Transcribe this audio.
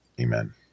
Amen